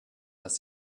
dass